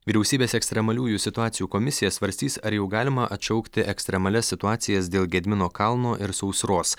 vyriausybės ekstremaliųjų situacijų komisija svarstys ar jau galima atšaukti ekstremalias situacijas dėl gedimino kalno ir sausros